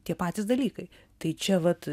tie patys dalykai tai čia vat